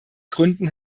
gründen